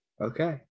Okay